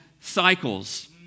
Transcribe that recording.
cycles